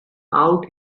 out